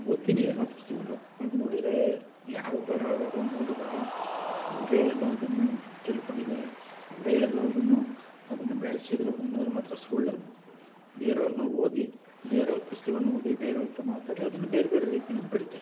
ಓದ್ತೀನಿ ಎಲ್ಲ ಪುಸ್ತುಗ್ಳು ಹಾಗೆ ನೋಡಿದ್ರೆ ಯಾವ ಬರಹಗಾರ್ರೂ ಮೂಲತಃ ಅವರೇ ಎಲ್ಲಾವ್ದನ್ನೂ ತಿಳ್ಕೊಂಡಿದ್ದಾರೆ ಅವರೇ ಎಲ್ಲಾವ್ದನ್ನೂ ಅದನ್ನು ಬೆಳೆಸಿದ್ರು ಅನ್ನೋದು ಮಾತ್ರ ಸುಳ್ಳದು ಬೇರೆವ್ರ್ನ ಓದಿ ಬೇರೆವ್ರ ಪುಸ್ತುಗಳ್ನ ಓದಿ ಬೇರೆವ್ರ ಹತ್ರ ಮಾತಾಡಿ ಅದನ್ನ ಬೇರ್ಬೇರೆ ರೀತಿನಲ್ಲಿ ಬರಿತಾಯಿದ್ದರು